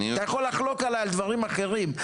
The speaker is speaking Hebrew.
אתה יכול לחלוק עליי בדברים אחרים,